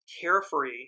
carefree